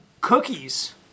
cookies